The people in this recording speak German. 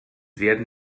werden